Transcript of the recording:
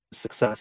success